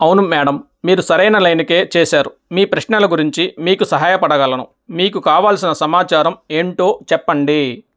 అవును మేడం మీరు సరైన లైనుకే చేసారు మీ ప్రశ్నల గురించి మీకు సహాయపడగలను మీకు కావలసిన సమాచారం ఏంటో చెప్పండి